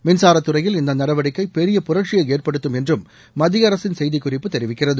மின்சார துறையில் இந்த நடவடிக்கை பெரிய புரட்சியை ஏற்படுத்தும் என்றும் மத்திய அரசு செய்தி குறிப்பு தெரிவிக்கிறது